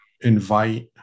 invite